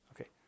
okay